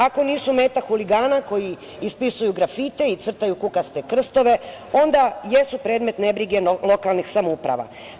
Ako nisu meta huligana koji ispisuju grafite i crtaju kukaste krstove, onda jesu predmet nebrige lokalnih samouprava.